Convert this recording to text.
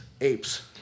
apes